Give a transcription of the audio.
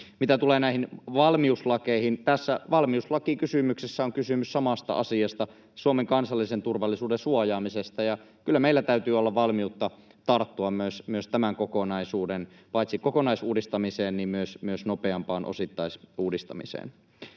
Mitä tulee näihin valmiuslakeihin, niin tässä valmiuslakikysymyksessä on kysymys samasta asiasta, Suomen kansallisen turvallisuuden suojaamisesta. Ja kyllä meillä täytyy olla valmiutta tarttua myös tämän kokonaisuuden paitsi kokonaisuudistamiseen myös nopeampaan osittaisuudistamiseen.